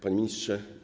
Panie ministrze.